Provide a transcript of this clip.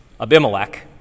Abimelech